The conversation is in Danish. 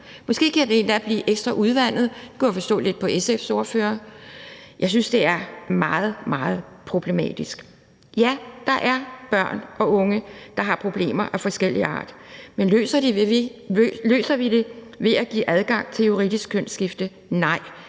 måske endda blive ekstra udvandet. Det kunne jeg lidt forstå på SF's ordfører. Jeg synes, det er meget, meget problematisk. Ja, der er børn og unge, der har problemer af forskellig art, men løser vi dem ved at give adgang til juridisk kønsskifte? Nej,